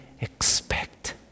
expect